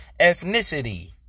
ethnicity